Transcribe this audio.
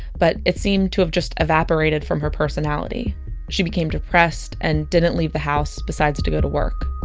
but it seemed to have just evaporated from her personality she became depressed and didn't leave the house besides to go to work